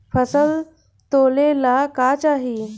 फसल तौले ला का चाही?